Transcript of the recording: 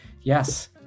yes